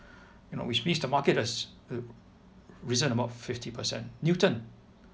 you know which means the market has risen about fifty percent newton